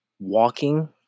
walking